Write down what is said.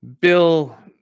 Bill